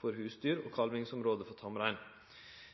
for husdyr og kalvingsområde for tamrein».